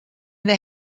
they